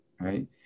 right